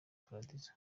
paradizo